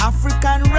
African